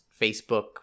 Facebook